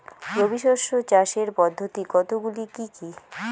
রবি শস্য চাষের পদ্ধতি কতগুলি কি কি?